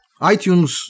itunes